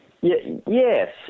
Yes